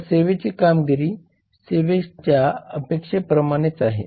तर सेवेची कामगिरी सेवेच्या अपेक्षेप्रमाणेच आहे